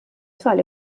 tfal